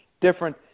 different